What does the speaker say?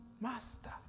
Master